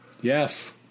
Yes